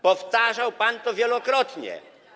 Powtarzał pan to wielokrotnie.